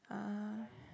ah